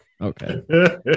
Okay